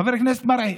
חבר הכנסת מרגי,